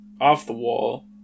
off-the-wall